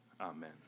Amen